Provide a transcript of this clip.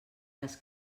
les